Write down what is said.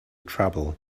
trouble